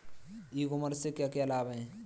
ई commerce से क्या क्या लाभ हैं?